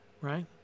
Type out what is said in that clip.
right